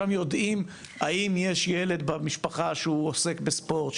שם יודעים האם יש ילד במשפחה שהוא עוסק בספורט.